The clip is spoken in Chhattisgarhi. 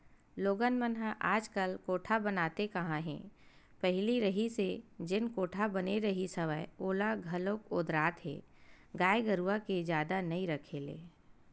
लोगन मन ह आजकल कोठा बनाते काँहा हे पहिली जइसे जेन कोठा बने रिहिस हवय ओला घलोक ओदरात हे गाय गरुवा के जादा नइ रखे ले